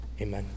Amen